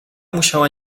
musiała